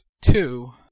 Two